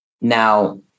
Now